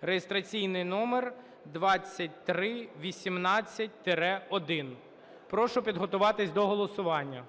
(реєстраційний номер 2318-1). Прошу підготуватись до голосування.